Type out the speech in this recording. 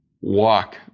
walk